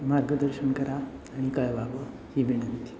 मार्गदर्शन करा आणि कळवा ही विनंती